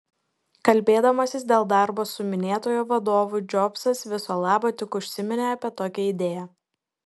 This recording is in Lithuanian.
kalbėdamasis dėl darbo su minėtuoju vadovu džobsas viso labo tik užsiminė apie tokią idėją